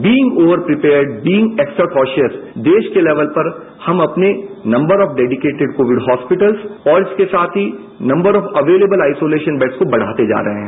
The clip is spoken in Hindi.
being over prepare being extra cautious देश के लेवल पर हम अपने number of dedicated covid hospital और इसके साथ ही number of available isolation beds को बढ़ाते जा रहे हैं